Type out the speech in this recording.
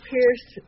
Pierce